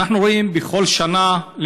ואנחנו רואים בכל שנה,